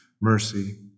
mercy